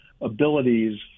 abilities